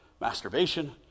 masturbation